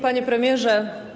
Panie Premierze!